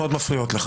מאוד מפריעות לך.